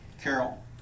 Carol